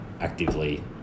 actively